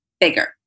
bigger